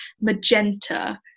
magenta